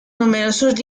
numerosos